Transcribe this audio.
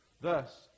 Thus